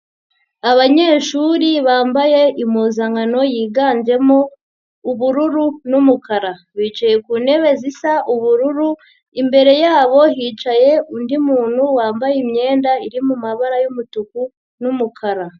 Abanyeshuri bambaye impuzankano yiganjemo ubururu n'umukara. Bicaye ku ntebe zisa ubururu, imbere yabo hicaye undi muntu wambaye imyenda iri mu mabara y'umutuku n'umukara.